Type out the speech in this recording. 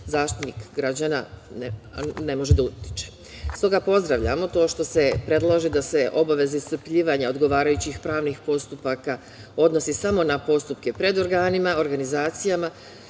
Zaštitnik građana ne može da utiče. Stoga pozdravljamo to što se predlaže da se obaveze iscrpljivanja odgovarajućih pravnih postupaka odnose samo na postupke pred organima, organizacijama